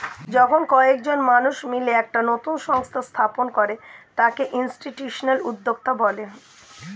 যখন কয়েকজন মানুষ মিলে একটা নতুন সংস্থা স্থাপন করে তাকে ইনস্টিটিউশনাল উদ্যোক্তা বলে